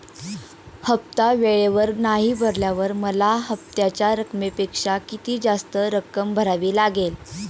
हफ्ता वेळेवर नाही भरल्यावर मला हप्त्याच्या रकमेपेक्षा किती जास्त रक्कम भरावी लागेल?